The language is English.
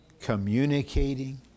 communicating